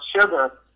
Sugar